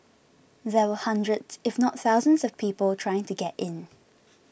there were hundreds if not thousands of people trying to get in